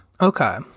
okay